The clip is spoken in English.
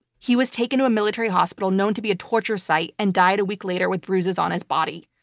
he was taken to a military hospital known to be a torture site and died a week later with bruises on his body.